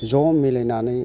ज' मिलायनानै